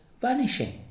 vanishing